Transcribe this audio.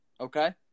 okay